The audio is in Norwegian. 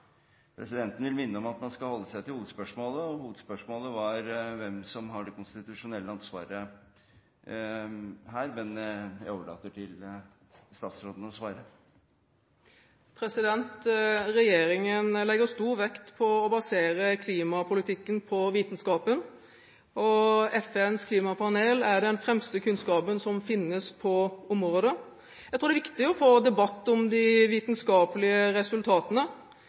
Presidenten vil minne om at man skal holde seg til hovedspørsmålet, og hovedspørsmålet her var hvem som har det konstitusjonelle ansvaret. Men jeg overlater til statsråden om hun vil svare. Regjeringen legger stor vekt på å basere klimapolitikken på vitenskapen, og FNs klimapanel har den fremste kunnskapen som finnes på området. Jeg tror det er viktig å få en debatt om de vitenskapelige resultatene.